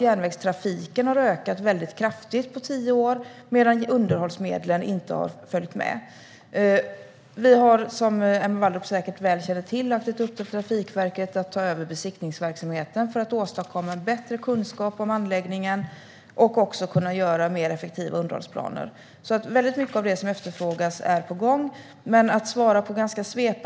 Järnvägstrafiken har också ökat kraftigt på tio år medan underhållsmedlen inte har följt med. Emma Wallrup känner säkert väl till att Trafikverket har fått i uppdrag att ta över besiktningsverksamheten för att åstadkomma bättre kunskap om anläggningen och göra mer effektiva underhållsplaner. Mycket av det som efterfrågas är på gång.